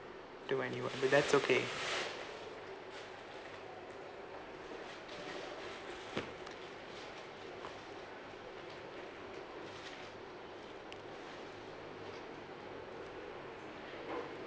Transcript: to my new on~ but that's okay